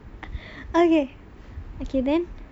okay okay then